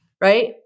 Right